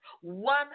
one